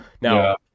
Now